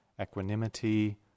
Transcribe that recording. equanimity